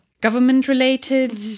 government-related